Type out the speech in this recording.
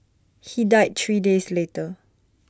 he died three days later